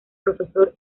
profesor